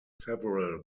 several